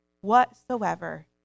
whatsoever